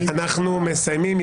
אנחנו מסיימים.